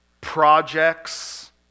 projects